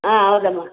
ಆಂ ಹೌದಮ್ಮ